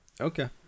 Okay